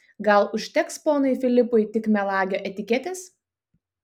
gal užteks ponui filipui tik melagio etiketės